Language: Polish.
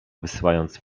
wysyłając